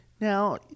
now